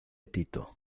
tito